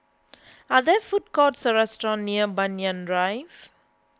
are there food courts or restaurants near Banyan Drive